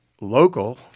local